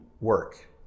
work